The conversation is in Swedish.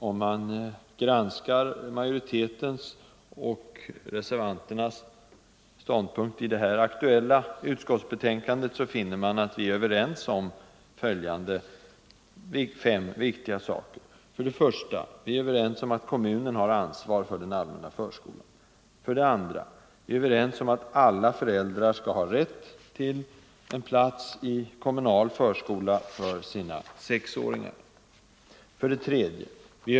Om man granskar majoritetens och reservanternas ståndpunkter i det här aktuella utskottsbetänkandet, finner man att vi är överens om följande fem viktiga saker: 2. Alla föräldrar skall ha rätt till en plats i kommunal förskola för sina sexåringar. 3.